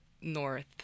North